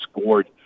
scored